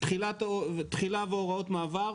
במידה והתשומות ומחיר המטרה לא ישתנה מגורמים אחרים,